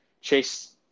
chase